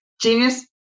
Genius